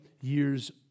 years